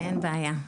אין בעיה,